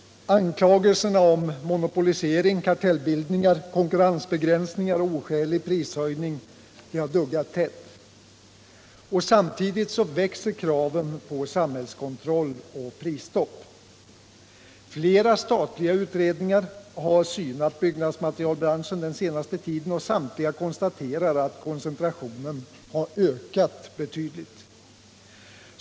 Anklagelserna om monopolisering, kartellbildningar, konkurrensbegränsningar och oskälig prishöjning duggar tätt. Samtidigt växer kraven på samhällskontroll och prisstopp. Flera statliga utredningar har synat byggmaterialbranschen den senaste tiden. Samtliga konstaterar att koncentrationen har ökat betydligt.